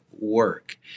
work